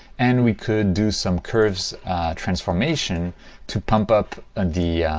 and we could do some curves transformation to pump up and the